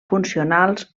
funcionals